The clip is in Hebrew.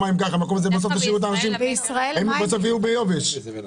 אני מופיע כאן מטעם החברה למשקאות.